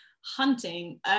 hunting